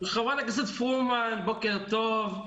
חברת הכנסת פרומן, בוקר טוב.